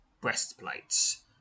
breastplates